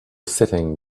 sitting